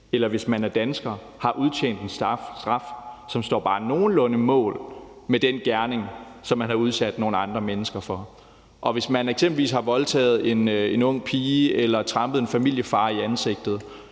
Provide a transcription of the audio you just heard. eller hvis man er dansker og har udstået en straf, som står bare nogenlunde mål med den gerning, som man har udsat nogle andre mennesker for. Hvis man eksempelvis har voldtaget en ung pige eller trampet en familiefar i ansigtet,